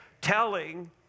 telling